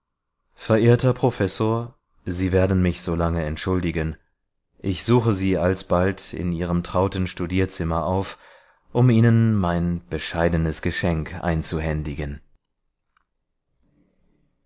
verehrter professor sie werden mich so lange entschuldigen ich suche sie alsbald in ihrem trauten studierzimmer auf um ihnen mein bescheidenes geschenk einzuhändigen